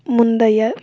முந்தைய